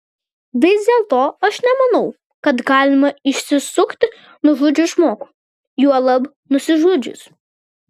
vis dėlto aš nemanau kad galima išsisukti nužudžius žmogų juolab nusižudžius